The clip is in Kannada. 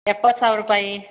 ಎಪ್ಪತ್ತು ಸಾವಿರ ರೂಪಾಯಿ